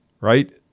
right